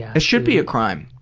it should be a crime.